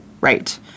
Right